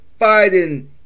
Biden